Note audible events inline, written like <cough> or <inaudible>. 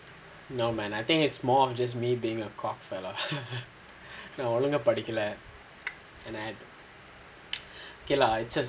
no man I think it's more of just me being a cock fellow <laughs> நான் ஒழுங்கா படிக்கல:naan ozhunga padikala K lah it's just